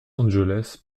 angeles